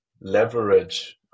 leverage